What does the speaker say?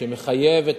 שמחייב,